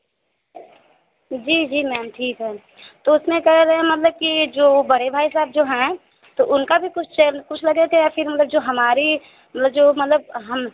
जी जी मैम ठीक है तो उसमें कह रहे हैं मतलब कि जो बड़े भाई साहब जो है तो उनका भी कुछ चेह कुछ लगे थे या फिर मतलब जो हमारी मतलब जो मतलब हम